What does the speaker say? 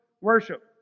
worship